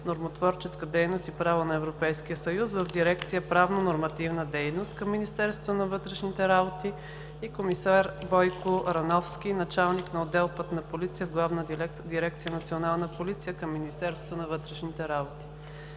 „Нормотворческа дейност и право на ЕС“ в Дирекция „Правно-нормативна дейност“ към Министерство на вътрешните работи, и комисар Бойко Рановски – началник на отдел „Пътна полиция“ в Главна дирекция “Национална полиция” към Министерство на вътрешните работи.